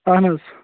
اَہَن حظ